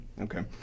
Okay